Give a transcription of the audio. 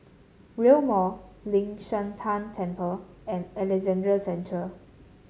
Rail Mall Ling San Teng Temple and Alexandra Central